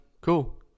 cool